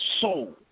soul